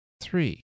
Three